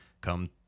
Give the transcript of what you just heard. come